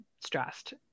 stressed